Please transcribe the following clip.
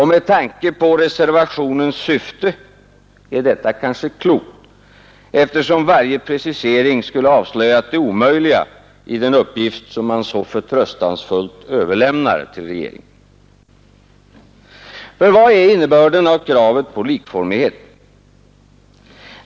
Med tanke på reservationens syfte är detta kanske klokt, eftersom varje precisering skulle ha avslöjat det omöjliga i den uppgift man så förtröstansfullt överlämnar till regeringen. Vad är innebörden av kravet på likformighet?